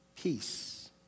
peace